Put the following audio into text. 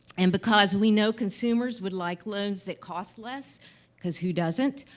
and because we know consumers would like loans that cost less because who doesn't